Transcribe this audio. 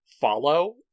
follow